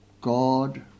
God